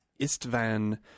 Istvan